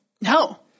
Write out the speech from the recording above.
No